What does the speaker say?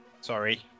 Sorry